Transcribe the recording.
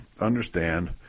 understand